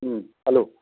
হুম hello